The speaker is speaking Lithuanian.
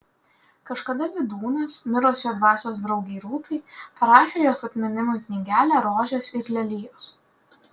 kažkada vydūnas mirus jo dvasios draugei rūtai parašė jos atminimui knygelę rožės ir lelijos